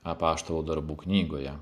apaštalų darbų knygoje